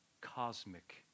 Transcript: cosmic